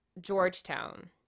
Georgetown